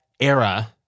era